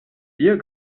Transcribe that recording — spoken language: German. dir